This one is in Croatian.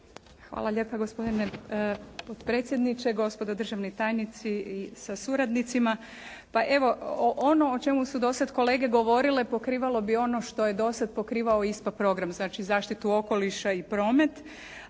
Hvala lijepo. Gospodine potpredsjedniče, gospodo državni tajnici sa suradnicima. Pa evo, ono o čemu su do sada kolege govorile pokrivalo bi ono što je do sada pokrivao ISPA program, znači zaštitu okoliša i promet